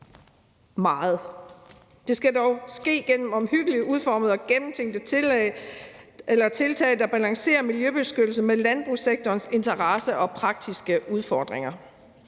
meget. Det skal dog ske gennem omhyggeligt udformede og gennemtænkte tiltag, der balancerer miljøbeskyttelse med landbrugssektorens interesser og praktiske udfordringer.